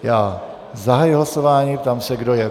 Já zahajuji hlasování, ptám se, kdo je...